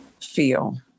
feel